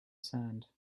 sand